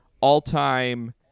all-time